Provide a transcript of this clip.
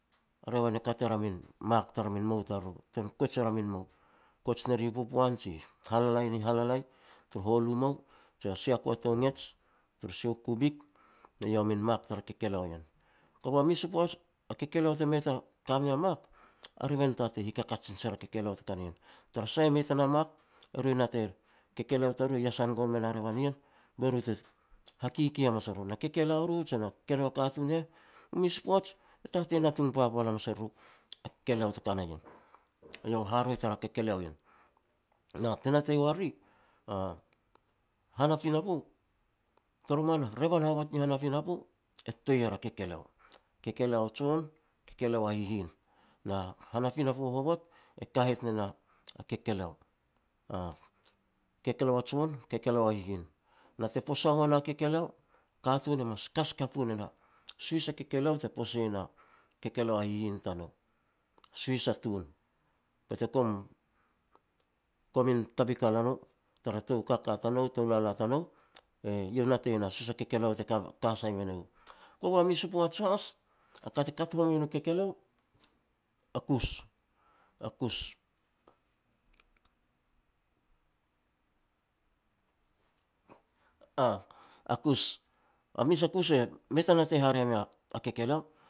a revan e kat er a min mak tara min mou tariru, tuan kuej er a min mou, kuij ne ri popoan ni halalai ni halalai turu hualu mou, jia sia ku a tou ngets, turu sia u kuvik. Eiau a min mak tara kekeleo ien. Kova mes u poaj a kekeleo te mei ta ka mea mak, a revan tatei hikakat sil er a kekeleo te ka na ien, tara sah e mei tuan a mak eru natei kekeleo tariru iasan gon me na revan ni ien, be ru te ha kiki hamas ar, na kekeleo ru jea na kekeleo a katun ne heh. Mes u poaj tatei natung papal hamas e ruru a kekeleo te ka na ien eiau haroi tara kekeleo ien, na te natei uar riri a hana pinapo toroman revan hovot ni han a pinapo e toi er u kekeleo, kekeleo a jon na kekeleo a hihin. Na han a pinapo hovot e kahet ne na kekeleo a kekeleo a jon na kekeleo a hihin, na te posa wa na a kekeleo, katun e mas kas kapu nena, suhis a kekeleo te posei e na kekeleo a hihin tanou suhis a tun. Be te kom gomin tavikal a no tou kaka tanou, tou lala tanou, eiau natei no suhis a kekeleo te ka sai me nou. Kova mes u poaj has, ka te kat home nu kekeleo, a kus, a kus, a kus a mes a kus e mei ta natei haraeh mea kekeleo.